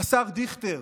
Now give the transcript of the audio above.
השר דיכטר: